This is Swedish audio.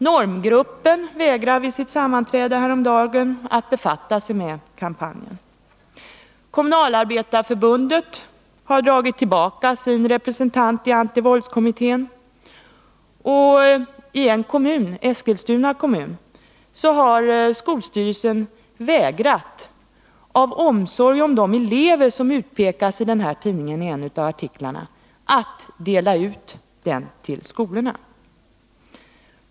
Normgruppen vägrade vid sitt sammanträde häromdagen att befatta sig med kampanjen, Kommunalarbetareförbundet har tagit tillbaka sin representant i antivåldskommittén, och i en kommun, Eskilstuna kommun, har skolstyrelsen av omsorg om de elever som utpekas i en av artiklarna vägrat att dela ut den här tidningen till skolorna.